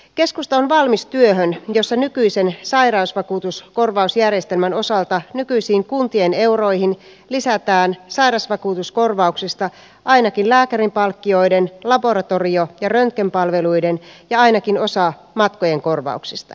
keskusta on valmis työhön jossa nykyisen sairausvakuutuskorvausjärjestelmän osalta kuntien nykyisiin euroihin lisätään sairasvakuutuskorvauksista ainakin lääkärinpalkkioiden laboratorio ja röntgenpalveluiden ja ainakin osa matkojen korvauksista